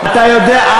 תבדוק בפרוטוקול.